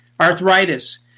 arthritis